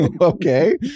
Okay